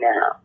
now